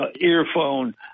earphone